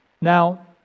Now